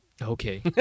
Okay